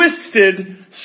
twisted